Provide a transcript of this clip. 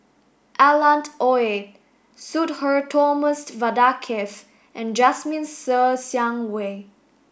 Alan Oei Sudhir Thomas Vadaketh and Jasmine Ser Xiang Wei